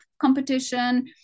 competition